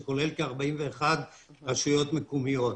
שכולל כ-41 רשויות מקומיות.